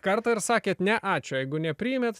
kartą ir sakėt ne ačiū jeigu nepriėmėt